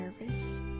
nervous